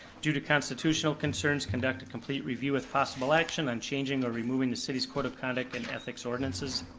due to constitutional concerns, conduct a complete review with possible action on changing or removing the city's code of conduct and ethics ordinances.